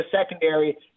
secondary